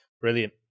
Brilliant